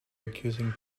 accusing